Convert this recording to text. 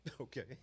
Okay